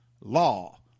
law